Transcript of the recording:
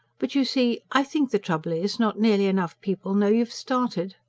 but you see, i think the trouble is, not nearly enough people know you've started.